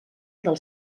del